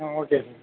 ah okay sir